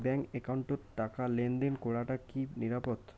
Bank একাউন্টত টাকা লেনদেন করাটা কি নিরাপদ?